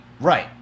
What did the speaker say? Right